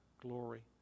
glory